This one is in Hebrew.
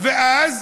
ואז